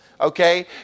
okay